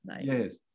Yes